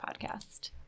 podcast